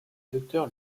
docteur